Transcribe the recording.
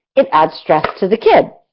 it adds stress to the kid.